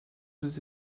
deux